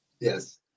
Yes